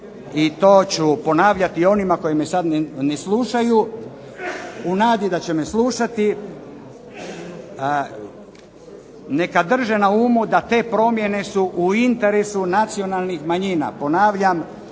i to ću ponavljati onima koji me sada ne slušaju u nadi da će me slušati, neka drže na umu da te promjene su u interesu nacionalnih manjina, ponavljam